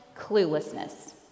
cluelessness